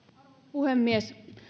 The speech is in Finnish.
puhemies